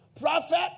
Prophet